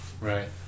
right